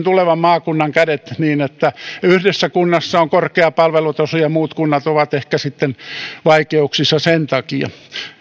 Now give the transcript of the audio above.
tulevan maakunnan kädet niin että yhdessä kunnassa on korkea palvelutaso ja muut kunnat ovat ehkä vaikeuksissa sen takia